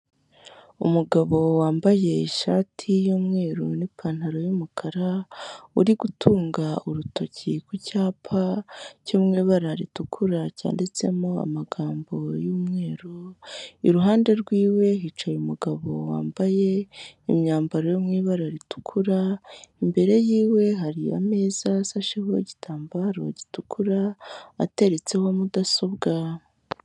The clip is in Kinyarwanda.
Umugabo wambaye ishati y'umweru n'ipantaro y'umukara uri gutunga urutoki ku cyapa cyo mu ibara ritukura cyanditsemo amagambo y'umweru, iruhande rwiwe hicaye umugabo wambaye imyambaro yo mu ibara ritukura, imbere yiwe hari ameza asasheho igitambaro gitukura ateretseho mudasobwa.